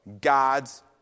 God's